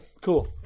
Cool